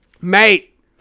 Mate